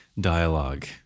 dialogue